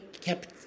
kept